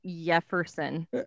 Jefferson